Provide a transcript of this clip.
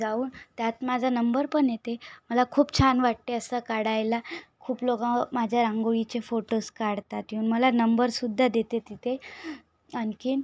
जाऊन त्यात माझा नंबर पण येते मला खूप छान वाटते असं काढायला खूप लोक माझ्या रांगोळीचे फोटोस काढतात येऊन मला नंबर सुद्धा देते तिथे अणखी